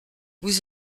vous